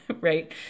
right